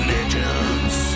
Legends